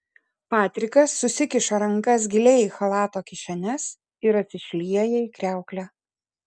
patrikas susikiša rankas giliai į chalato kišenes ir atsišlieja į kriauklę